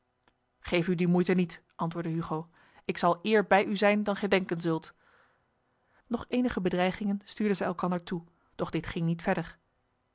geef u die moeite niet antwoordde hugo ik zal eer bij u zijn dan gij denken zult nog enige bedreigingen stuurden zij elkander toe doch dit ging niet verder